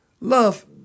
Love